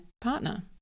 partner